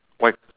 white